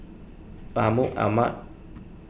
Mahmud Ahmad